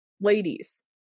ladies